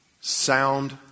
Sound